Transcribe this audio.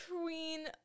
queen